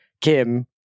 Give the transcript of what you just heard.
Kim